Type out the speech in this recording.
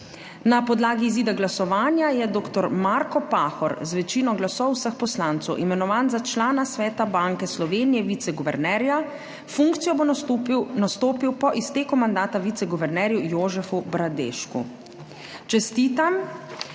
Na podlagi izida glasovanja je dr. Marko Pahor z večino glasov vseh poslancev imenovan za člana Sveta Banke Slovenije - viceguvernerja. Funkcijo bo nastopil po izteku mandata viceguvernerju Jožefu Bradešku. Čestitam